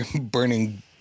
burning